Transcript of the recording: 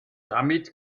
damit